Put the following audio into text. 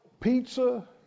pizza